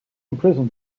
imprison